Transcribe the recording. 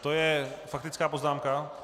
To je faktická poznámka?